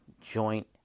Joint